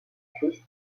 christ